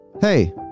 Hey